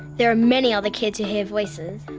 there are many other kids who hear voices.